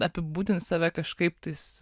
apibūdint save kažkaip tais